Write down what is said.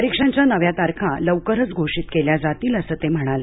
परीक्षांच्या नव्या तारखा लवकरच घोषित केल्या जातील असं ते म्हणाले